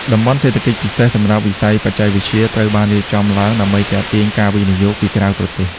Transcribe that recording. តំបន់សេដ្ឋកិច្ចពិសេសសម្រាប់វិស័យបច្ចេកវិទ្យាត្រូវបានរៀបចំឡើងដើម្បីទាក់ទាញការវិនិយោគពីក្រៅប្រទេស។